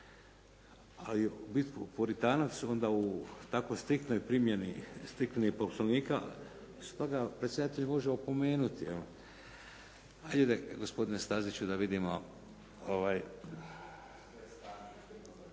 ali biti puritanac onda u tako striktnoj primjeni, striktno i Poslovnika. Stoga predsjedatelj može opomenuti jel'? Ajde gospodine Staziću da vidimo,